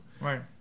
Right